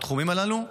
בתחומים הללו.